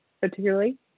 particularly